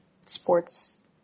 sports